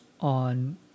on